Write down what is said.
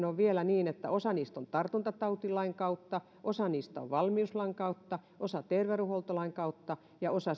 on vielä niin että osa niistä on tartuntatautilain kautta osa niistä on valmiuslain kautta osa terveydenhuoltolain kautta ja osa